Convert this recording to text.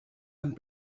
amb